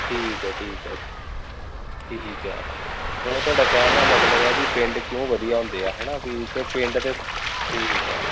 ਠੀਕ ਹੈ ਠੀਕ ਹੈ ਠੀਕ ਹੈ ਮਤਲਬ ਤੁਹਾਡਾ ਕਹਿਣ ਦਾ ਮਤਲਬ ਹੈ ਵੀ ਪਿੰਡ ਕਿਉਂ ਵਧੀਆ ਹੁੰਦੇ ਆ ਹੈ ਨਾ ਵੀ ਤੇ ਪਿੰਡ ਤੇ ਠੀਕ ਹੈ